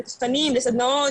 לסדנאות,